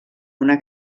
una